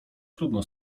trudno